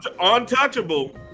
Untouchable